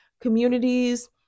communities